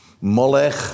Molech